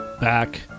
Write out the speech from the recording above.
back